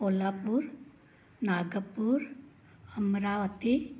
Kolhapur Nagpur Amravati